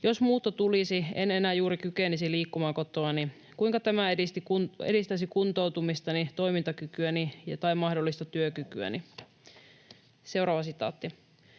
Jos muutto tulisi, en enää juuri kykenisi liikkumaan kotoani. Kuinka tämä edistäisi kuntoutumistani, toimintakykyäni tai mahdollista työkykyäni?” ”Jo muutenkin